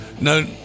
No